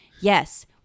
Yes